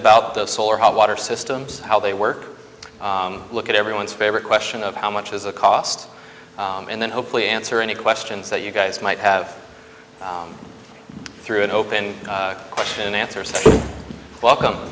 about the solar hot water systems how they work look at everyone's favorite question of how much is a cost and then hopefully answer any questions that you guys might have through an open question answer so welcome